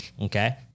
okay